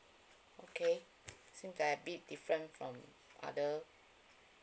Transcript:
okay seems like a bit different from other